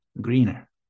greener